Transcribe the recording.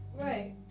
right